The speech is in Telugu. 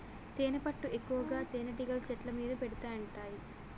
తేనెపట్టు ఎక్కువగా తేనెటీగలు చెట్ల మీద పెడుతుంటాయి